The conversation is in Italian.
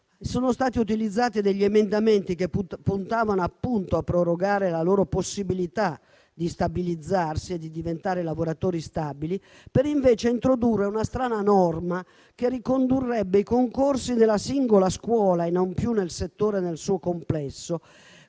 sono stati utilizzati degli emendamenti che puntavano appunto a prorogare la loro possibilità di stabilizzarsi e di diventare lavoratori stabili, per introdurre invece una strana norma, che ricondurrebbe i concorsi nella singola scuola e non più nel settore nel suo complesso,